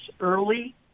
early